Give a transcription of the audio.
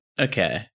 Okay